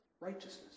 righteousness